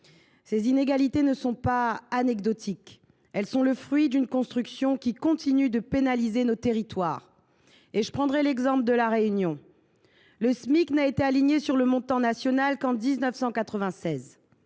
Ces inégalités ne sont pas anecdotiques ; elles sont le fruit d’une construction qui continue de pénaliser nos territoires. Pour prendre l’exemple de La Réunion, le Smic n’y a été aligné sur le montant national qu’en 1996.